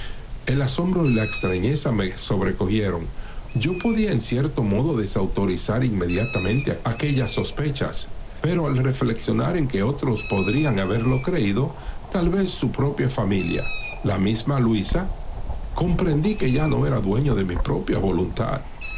el asombro y la extrañeza me sobrecogieron yo podía en cierto modo desautorizar inmediatamente aquellas sospechas pero al reflexionar en que otros podrían haberlo creído tal vez su propia familia la misma luisa comprendí que ya no era dueño de mi propia voluntad